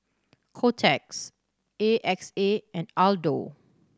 Kotex A X A and Aldo